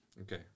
Okay